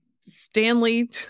Stanley